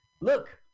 Look